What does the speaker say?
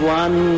one